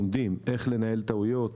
לומדים איך לנהל טעויות,